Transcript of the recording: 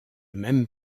même